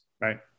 right